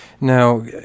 Now